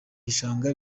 gishanga